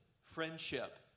friendship